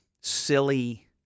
silly